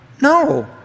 No